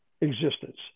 existence